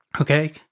okay